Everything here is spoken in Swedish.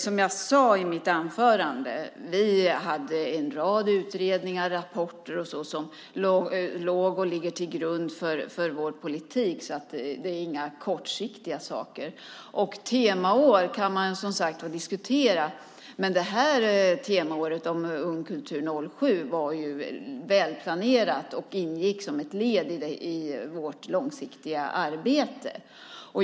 Som jag sade i mitt anförande hade vi en rad utredningar, rapporter och så vidare som låg och ligger till grund för vår politik, så det var inga kortsiktiga saker. Temaår kan man som sagt diskutera, men temaåret Ung kultur 07 var välplanerat och ingick som ett led i vårt långsiktiga arbete.